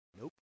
Nope